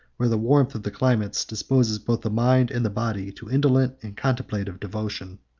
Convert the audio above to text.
where the warmth of the climate disposes both the mind and the body to indolent and contemplative devotion.